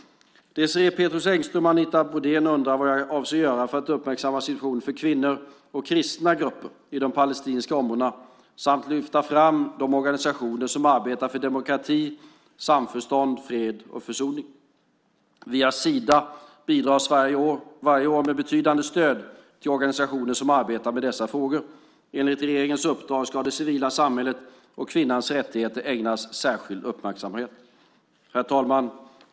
Désirée Pethrus Engström och Anita Brodén undrar vad jag avser att göra för att uppmärksamma situationen för kvinnor och kristna grupper i de palestinska områdena samt för att lyfta fram de organisationer som arbetar för demokrati, samförstånd, fred och försoning. Via Sida bidrar Sverige varje år med betydande stöd till organisationer som arbetar med dessa frågor. Enligt regeringens uppdrag ska det civila samhället och kvinnans rättigheter ägnas särskild uppmärksamhet. Herr talman!